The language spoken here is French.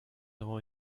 avons